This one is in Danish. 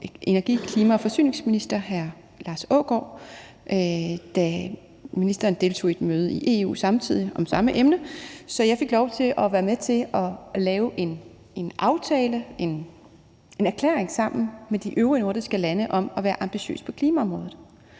energi- og forsyningsminister, da ministeren deltog i et møde i EU samtidig om samme emne. Så jeg fik lov til at være med til at lave en aftale, en erklæring, sammen med de øvrige nordiske lande om at være ambitiøse på klimaområdet.